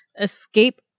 Escape